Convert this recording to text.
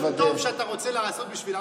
משהו טוב שאתה רוצה לעשות בשביל עם